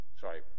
sorry